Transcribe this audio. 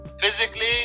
physically